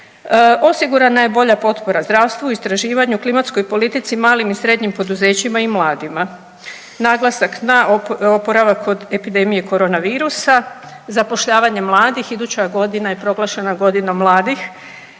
Osigurana je bolja potpora zdravstvu, istraživanju, klimatskoj politici, malim i srednjim poduzećima i mladima. Naglasak na oporavak od epidemije korona virusa, zapošljavanje mladih. Iduća godina je proglašena godinom mladih.